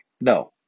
no